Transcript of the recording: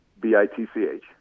B-I-T-C-H